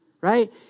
right